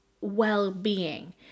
well-being